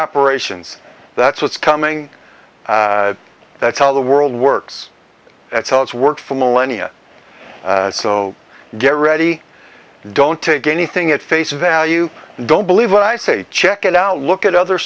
operations that's what's coming that's how the world works that's how it's worked for millennia so get ready don't take anything at face value don't believe what i say check it out look at other